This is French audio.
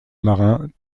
marin